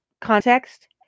context